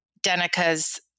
Denica's